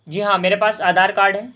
جی ہاں میرے پاس آدھار کارڈ ہے